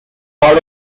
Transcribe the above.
while